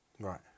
Right